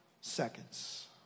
seconds